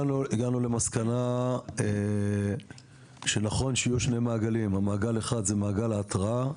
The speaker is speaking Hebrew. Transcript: הגענו למסקנה שנכון שיהיו שני מעגלים: מעגל אחד זה מעגל ההתראה,